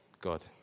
God